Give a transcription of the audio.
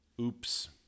Oops